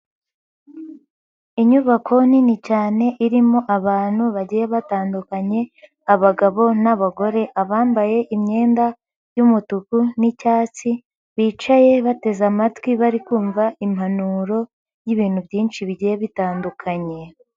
Inyubako nini cyane irimo abantu bagiye batandukanye abagabo, n'abagore, abambaye imyenda y'umutuku n'icyatsi bicaye bateze amatwi bari kumva impanuro y'ibintu byinshi bigiye bitandukanye.